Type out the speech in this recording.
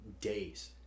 days